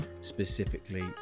specifically